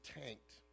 tanked